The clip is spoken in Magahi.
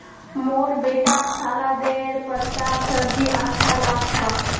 मोर बेटाक सलादेर पत्तार सब्जी अच्छा लाग छ